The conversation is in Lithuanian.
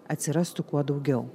atsirastų kuo daugiau